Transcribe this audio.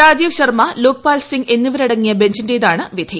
രാജീവ് ശർമ്മ ലോക്പാൽ സിംഗ് എന്നിവരടങ്ങിയ ബെഞ്ചിന്റേതാണ് വിധി